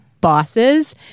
bosses